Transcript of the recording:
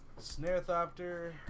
Snarethopter